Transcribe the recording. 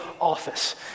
office